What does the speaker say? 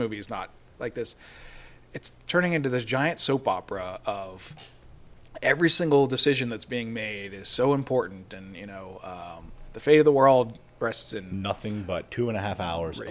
movie is not like this it's turning into this giant soap opera of every single decision that's being made is so important and you know the fate of the world breasts and nothing but two and a half hours